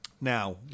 Now